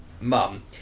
mum